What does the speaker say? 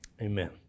Amen